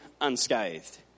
unscathed